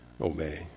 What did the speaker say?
obey